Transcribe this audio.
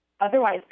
otherwise